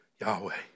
Yahweh